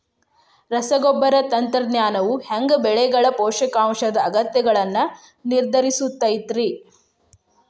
ರಸಗೊಬ್ಬರ ತಂತ್ರಜ್ಞಾನವು ಹ್ಯಾಂಗ ಬೆಳೆಗಳ ಪೋಷಕಾಂಶದ ಅಗತ್ಯಗಳನ್ನ ನಿರ್ಧರಿಸುತೈತ್ರಿ?